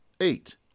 eight